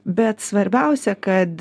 bet svarbiausia kad